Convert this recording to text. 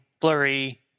blurry